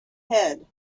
head